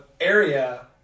area